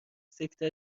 سکته